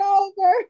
over